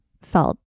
felt